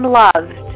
loved